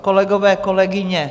Kolegové, kolegyně